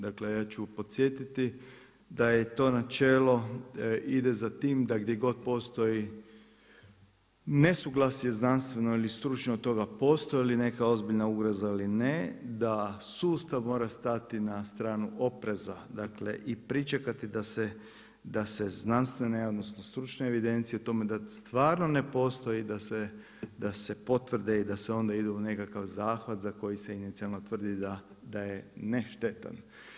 Dakle ja ću podsjetiti da je to načelo ide za tim da gdje god postoji nesuglasje znanstveno ili stručno, od toga postoji li neka ozbiljna ugroza ili ne, da sustav mora stati na stranu opreza dakle i pričekati da se znanstvene odnosno stručne evidencije, o tome da stvarno ne postoji i da se potvrde i da se onda ide u nekakav zahvat za koji se inicijalno tvrdi da je ne štetan.